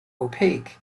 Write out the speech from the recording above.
opaque